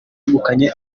wegukanye